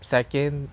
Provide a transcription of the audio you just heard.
Second